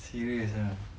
serious ah